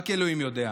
רק אלוהים יודע.